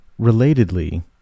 Relatedly